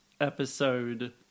episode